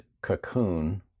cocoon